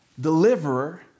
Deliverer